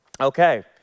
Okay